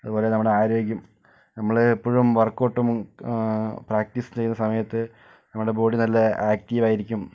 അതുപോലെ നമ്മുടെ ആരോഗ്യം നമ്മൾ എപ്പോഴും വർക്കൗട്ടും പ്രാക്ടീസും ചെയ്യുന്ന സമയത്ത് നമ്മുടെ ബോഡി നല്ല ആക്ടീവ് ആയിരിക്കും